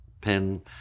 pen